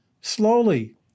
slowly